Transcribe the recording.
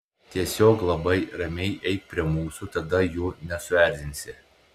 tiesiog labai ramiai eik prie mūsų tada jų nesuerzinsi